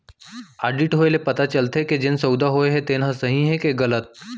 audit होए ले पता चलथे के जेन सउदा होए हे तेन ह सही हे के गलत